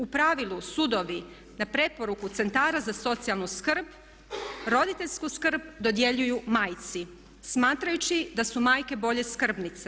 U pravilu sudovi na preporuku centara za socijalnu skrb roditeljsku skrb dodjeljuju majci smatrajući da su majke bolje skrbnice.